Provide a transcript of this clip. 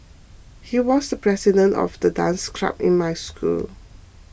he was the president of the dance club in my school